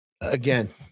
again